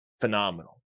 phenomenal